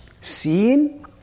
seen